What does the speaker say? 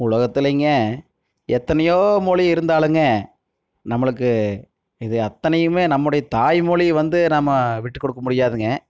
உலகத்துலைங்க எத்தனையோ மொழி இருந்தாளுங்க நம்மளுக்கு இது அத்தனையுமே நம்முடைய தாய்மொழி வந்து நம்ம விட்டு கொடுக்க முடியாதுங்க